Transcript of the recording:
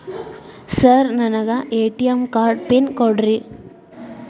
Sir ನನಗೆ ATM card pin ಕೊಡ್ರಿ?